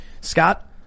Scott